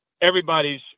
everybody's